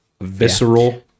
Visceral